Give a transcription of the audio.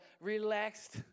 relaxed